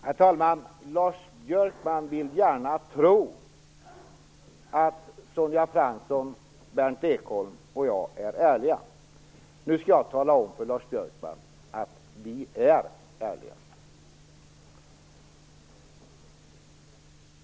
Herr talman! Lars Björkman vill gärna tro att Sonja Fransson, Berndt Ekholm och jag är ärliga. Lars Björkman, vi är ärliga!